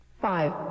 five